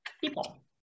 people